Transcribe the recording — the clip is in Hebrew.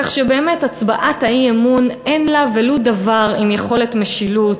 כך שבאמת הצבעת האי-אמון אין לה ולו דבר עם יכולת משילות,